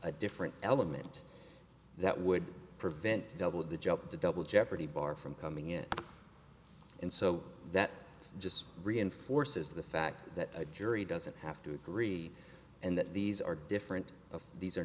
a different element that would prevent the jump to double jeopardy bar from coming in and so that just reinforces the fact that a jury doesn't have to agree and that these are different of these are